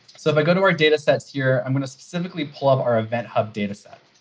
so if i go to our datasets here, i'm going to specifically pull up our event hub dataset.